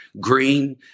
Green